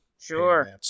Sure